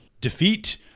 Defeat